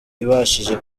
ibashije